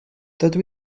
dydw